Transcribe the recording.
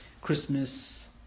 Christmas